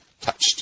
touched